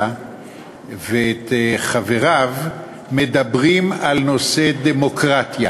ואת חבריו מדברים על נושא הדמוקרטיה.